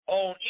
on